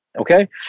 Okay